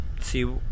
see